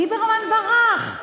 ליברמן ברח.